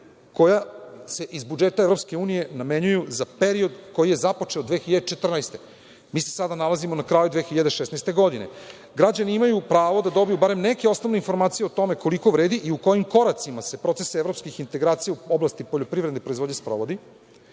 koja se iz budžeta EU namenjuju za period koji je započet 2014. godine. Sada se nalazimo na kraju 2016. godine. Građani imaju pravo da dobiju barem neke osnovne informacije o tome koliko vredi i u kojim koracima se proces evropskih integracija u oblasti poljoprivredne proizvodnje sprovodi.